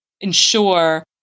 ensure